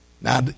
now